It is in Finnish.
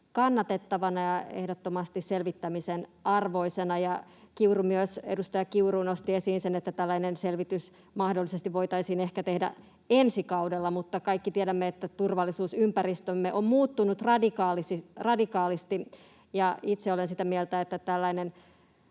kannatettavana ja ehdottomasti selvittämisen arvoisena. Edustaja Kiuru nosti esiin myös sen, että tällainen selvitys mahdollisesti voitaisiin ehkä tehdä ensi kaudella, mutta kaikki tiedämme, että turvallisuusympäristömme on muuttunut radikaalisti. Itse olen sitä mieltä, että tällainen